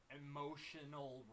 emotional